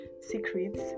secrets